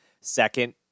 second